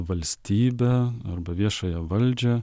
valstybę arba viešąją valdžią